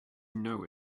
know